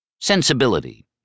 Sensibility